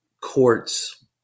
courts